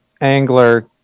angler